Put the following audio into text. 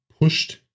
pushed